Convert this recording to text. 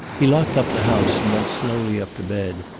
he locked up the house, and went slowly up to bed.